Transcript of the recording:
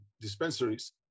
dispensaries